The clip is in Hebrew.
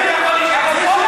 איך זה